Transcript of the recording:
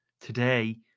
today